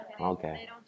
Okay